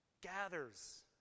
gathers